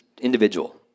individual